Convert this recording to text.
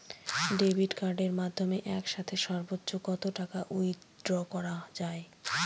Debit কার্ডের মাধ্যমে একসাথে সর্ব্বোচ্চ কত টাকা উইথড্র করা য়ায়?